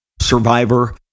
Survivor